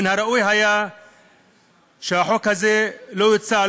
מן הראוי היה שהחוק הזה לא יוצע,